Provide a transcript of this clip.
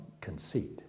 conceit